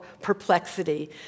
perplexity